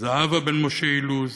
זהבה בן משה אילוז,